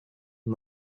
and